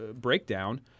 breakdown